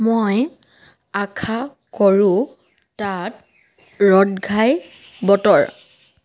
মই আশা কৰোঁ তাত ৰ'দ ঘাই বতৰ